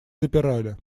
запирали